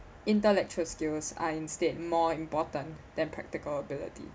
intellectual skills are instead more important than practical ability